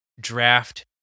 draft